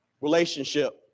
Relationship